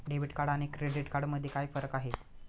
Debit आणि credit card मध्ये काय फरक आहे?